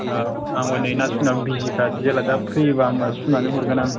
औ आंबो नै ना सुनायाव बिजिथार जेला दा फ्रिबा होम्बा सुनानै हरगोन आं